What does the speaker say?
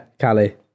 Callie